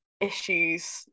issues